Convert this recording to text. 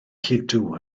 lludw